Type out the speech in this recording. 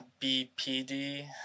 BPD